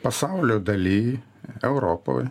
pasaulio daly europoj